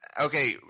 Okay